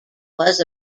was